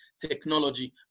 technology